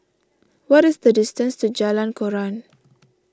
what is the distance to Jalan Koran